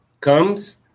comes